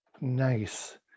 Nice